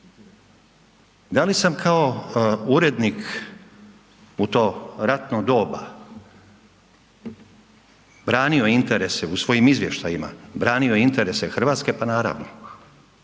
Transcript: Da li sam kao urednik u to ratno doba branio interese u svojim izvještajima, branio interese Hrvatske? Pa naravno.